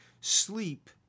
Sleep